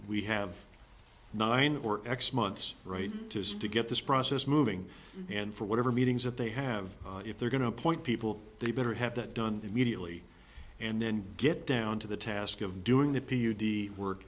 we have nine or x months right tis to get this process moving and for whatever meetings that they have if they're going to appoint people they better have that done immediately and then get down to the task of doing the